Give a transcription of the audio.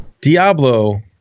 Diablo